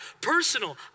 personal